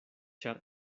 ĉar